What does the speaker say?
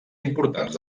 importants